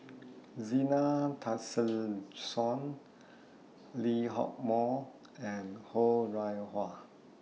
Zena Tessensohn Lee Hock Moh and Ho Rih Hwa